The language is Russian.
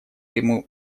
ему